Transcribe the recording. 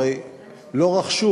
הרי לא רכשו,